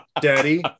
Daddy